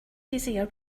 easier